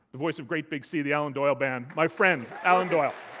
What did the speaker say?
the voice of great big sea, the alan doyle band, my friend, alan doyle.